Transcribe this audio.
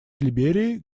либерией